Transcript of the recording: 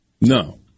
No